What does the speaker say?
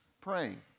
praying